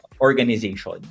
organization